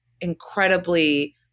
incredibly